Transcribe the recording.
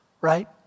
right